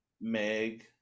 Meg